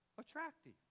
attractive